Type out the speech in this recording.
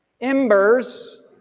embers